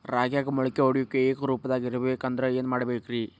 ರಾಗ್ಯಾಗ ಮೊಳಕೆ ಒಡೆಯುವಿಕೆ ಏಕರೂಪದಾಗ ಇರಬೇಕ ಅಂದ್ರ ಏನು ಮಾಡಬೇಕ್ರಿ?